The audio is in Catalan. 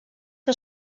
que